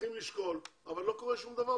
צריכים לשקול אבל לא קורה שום דבר.